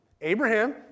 Abraham